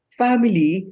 family